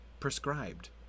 prescribed